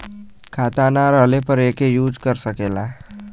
खाता ना रहले पर एके यूज कर सकेला